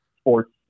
sports